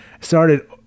started